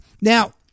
Now